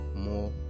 more